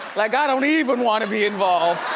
like i don't even wanna be involved.